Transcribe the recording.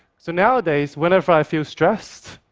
so nowadays, whenever i feel stressed,